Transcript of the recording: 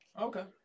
Okay